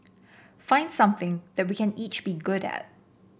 find something that we can each be good at